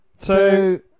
two